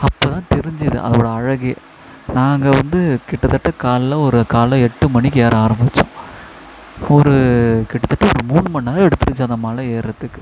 அப்போ தான் தெரிஞ்சுது அதோட அழகே நாங்கள் வந்து கிட்டத்தட்ட காலைல ஒரு காலைல எட்டு மணிக்கு ஏற ஆரம்பித்தோம் ஒரு கிட்டத்தட்ட ஒரு மூணு மணிநேரம் எடுத்துடுச்சி அந்த மலை ஏர்றத்துக்கு